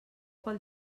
pel